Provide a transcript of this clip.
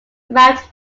around